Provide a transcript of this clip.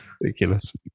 ridiculous